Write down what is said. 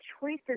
choices